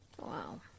Wow